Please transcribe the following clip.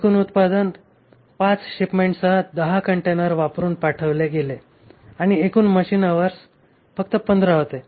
एकूण उत्पादन 5 शिपमेंटसह 10 कंटेनर वापरुन पाठविले गेले आणि एकूण मशीन अवर्स फक्त 15 होते